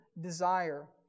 desire